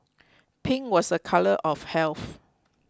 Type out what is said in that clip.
pink was a colour of health